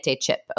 chip